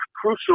crucial